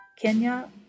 Kenya